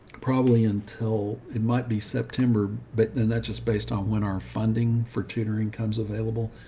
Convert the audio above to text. probably until it might be september, but then that just based on when our funding for tutoring comes available,